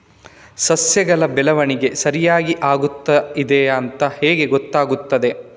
ಸಸ್ಯಗಳ ಬೆಳವಣಿಗೆ ಸರಿಯಾಗಿ ಆಗುತ್ತಾ ಇದೆ ಅಂತ ಹೇಗೆ ಗೊತ್ತಾಗುತ್ತದೆ?